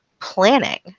planning